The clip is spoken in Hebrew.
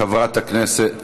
חברת הכנסת